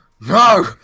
No